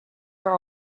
are